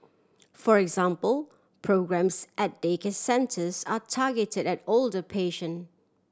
for example programmes at daycare centres are targeted at older patient